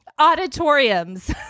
auditoriums